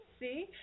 See